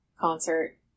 concert